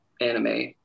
anime